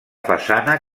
façana